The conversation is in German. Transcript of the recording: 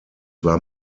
war